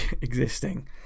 existing